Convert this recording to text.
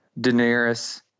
Daenerys